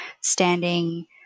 standing